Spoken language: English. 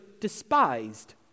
despised